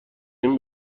این